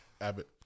Abbott